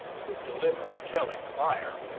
could deliver a telling fire.